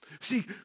See